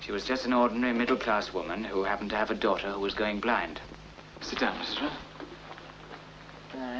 was just an ordinary middle class woman who happened to have a daughter who was going blind